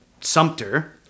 Sumter